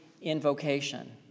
invocation